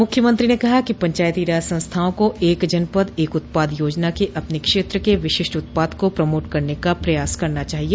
मुख्यमंत्री ने कहा कि पंचायती राज संस्थाओं को एक जनपद एक उत्पाद योजना के अपने क्षेत्र के विशिष्ट उत्पाद को प्रमोट करने का प्रयास करना चाहिए